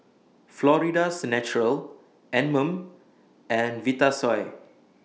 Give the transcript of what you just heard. Florida's Natural Anmum and Vitasoy